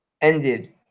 ended